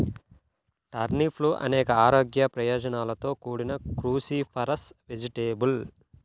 టర్నిప్లు అనేక ఆరోగ్య ప్రయోజనాలతో కూడిన క్రూసిఫరస్ వెజిటేబుల్